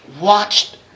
watched